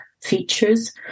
features